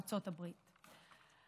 ארצות הברית.